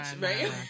right